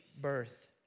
birth